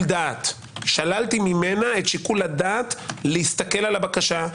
שללתי ממנה את שיקול הדעת להסתכל על הבקשה,